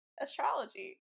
astrology